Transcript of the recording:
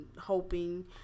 hoping